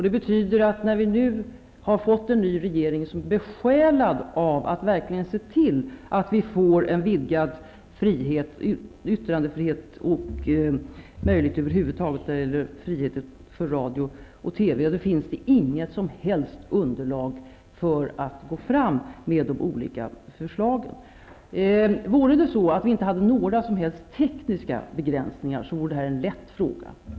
Det betyder att när vi nu har fått en ny regering, som är besjälad av att verkligen se till att vi får en vidgad yttrandefrihet och nya möjligheter till frihet över huvud taget för radio och TV, finns det inget som helst underlag så att man kan gå fram med de olika förslagen. Hade vi inte några som helst tekniska begränsningar, vore det här en lätt fråga.